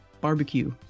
Barbecue